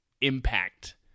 impact